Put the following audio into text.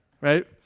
right